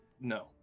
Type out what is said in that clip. No